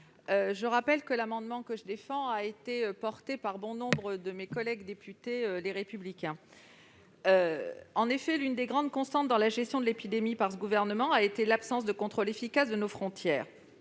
Je précise que cet amendement a été porté par bon nombre de mes collègues députés du groupe Les Républicains. L'une des grandes constantes dans la gestion de l'épidémie par ce gouvernement a été l'absence de contrôle efficace de nos frontières.